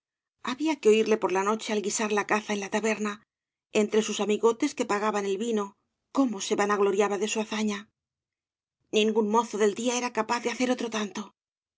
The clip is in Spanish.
había que oírle por la noche al guisar la caza en la taberna entre sus amjgotes que pagaban el vino cómo se vanagloriaba de su hazaña ningún mozo del día era capaz de hacer otro tanto